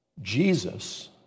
Jesus